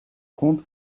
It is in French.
compte